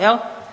Jel'